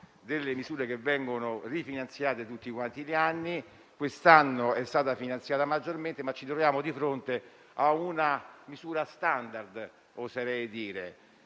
delle misure che vengono rifinanziate tutti gli anni. Quest'anno è stata finanziata maggiormente, ma ci troviamo di fronte a una misura oserei dire